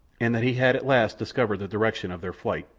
and that he had at last discovered the direction of their flight.